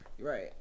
Right